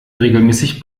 regelmäßig